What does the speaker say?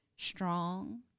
strong